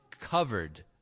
covered